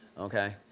okay?